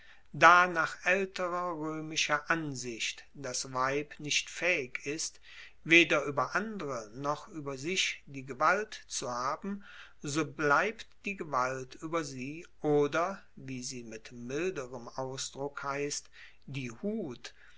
da nach aelterer roemischer ansicht das weib nicht faehig ist weder ueber andere noch ueber sich die gewalt zu haben so bleibt die gewalt ueber sie oder wie sie mit milderem ausdruck heisst die hut